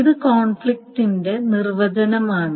ഇത് കോൺഫ്ലിക്റ്റിന്റെ നിർവചനമാണ്